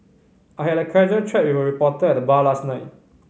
I had a casual chat with a reporter at the bar last night